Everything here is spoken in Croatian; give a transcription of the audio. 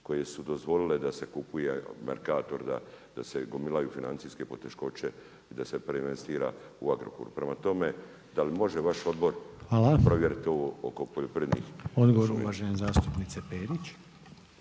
koje su dozvolile da se kupuje Mercator, da se gomilaju financijske poteškoće i da se preinvestira u Agrokor. Prema tome, da li može vaš odbor provjeriti ovo oko poljoprivrednih … …/Upadica: Hvala./… **Reiner,